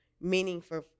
meaningful